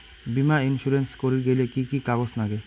বীমা ইন্সুরেন্স করির গেইলে কি কি কাগজ নাগে?